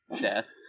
death